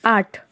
आठ